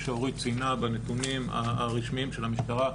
שציינה אורית בנתונים הרשמיים של המשטרה,